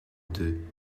deux